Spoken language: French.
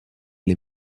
les